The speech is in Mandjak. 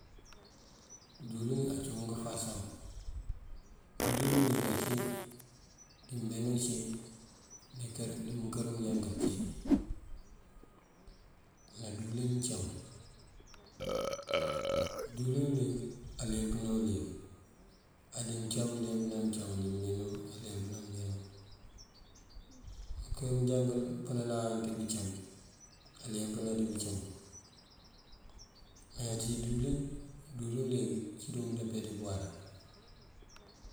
Díwëlin acum ngëfasoŋ: díwëlin uliyëk ací, dí mbeno cí, di mënkër mënjankal ací ná díwëlin mëncam. Díwëlin uliyëk aleempëna uliyëk, dí mëncam leempëna mëncam, á dí mbeno aleempëna mbeno, mënkër mënjakal pënanan dí bëcam aleempëna dí bëcam. Me ţí díwëlin, díwëlin uliyëk cí dun ndapeedi pëwará.